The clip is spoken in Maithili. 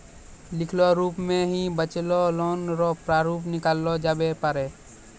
लिखलो रूप मे भी बचलो लोन रो प्रारूप निकाललो जाबै पारै